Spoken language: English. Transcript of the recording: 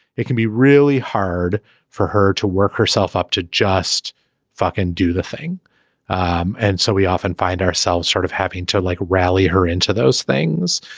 it can be really hard for her to work herself up to just fucking do the thing um and so we often find ourselves sort of having to like rally her into those things